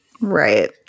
Right